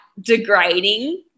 degrading